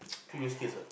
three new skills ah